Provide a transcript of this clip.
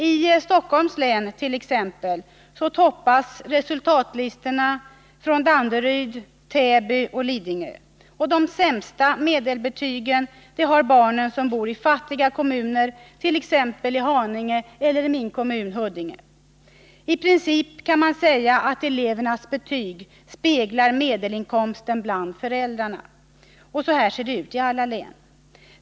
I Stockholms län t.ex. toppas resultatlistorna av Danderyd, Täby och Lidingö, och de sämsta medelbetygen har barnen som bor i fattiga kommuner, t.ex. Haninge eller min kommun, Huddinge. I princip kan man säga att elevernas betyg speglar medelinkomsten bland föräldrarna. Så ser det ut i alla län.